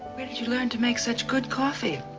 where did you learn to make such good coffee?